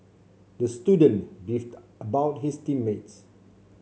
the student beefed about his team mates